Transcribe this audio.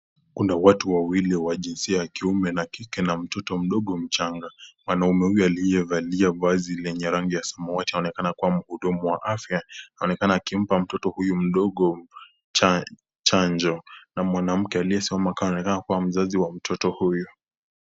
Kuna watu wawili wa jinsia ya kiume na kike na mtoto mdogo mchanga. Mwanaume huyu, aliyevalia vazi lenye rangi ya samawati, anaonekana kuwa mhudumu wa afya. Anaoneka akimpa huyu mtoto mdogo chanjo na mwanamke aliyesimama kando anaonekana kuwa mzazi wa mtoto huyu.